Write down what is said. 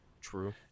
True